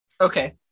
Okay